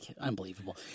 unbelievable